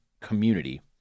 community